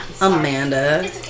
Amanda